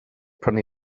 prynu